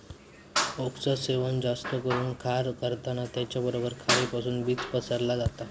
ओकचा सेवन जास्त करून खार करता त्याचबरोबर खारीपासुन बीज पसरला जाता